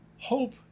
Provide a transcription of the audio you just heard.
hope